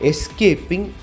Escaping